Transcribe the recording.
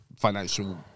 financial